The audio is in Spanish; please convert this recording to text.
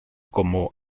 como